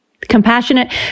compassionate